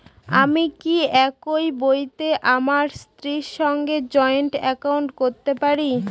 আমি কি একই বইতে আমার স্ত্রীর সঙ্গে জয়েন্ট একাউন্ট করতে পারি?